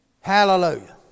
Hallelujah